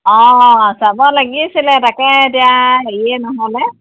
অ যাব লাগিছিলে তাকে এতিয়া হেৰিয়ে নহ'লে